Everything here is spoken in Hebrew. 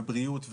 ובריאות,